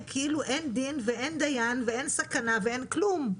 כאילו אין דין ואין דיין ואין סכנה ואין כלום.